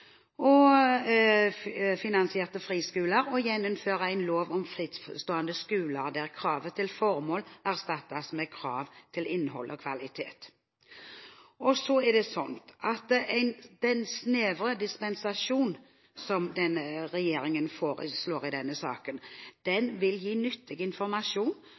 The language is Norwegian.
drive offentlig finansierte friskoler, og gjeninnføre en lov om frittstående skoler der kravet til formål erstattes med krav til innhold og kvalitet.» Den snevre dispensasjonen som regjeringen foreslår i denne saken, vil gi nyttig informasjon